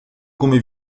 come